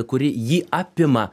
kuri jį apima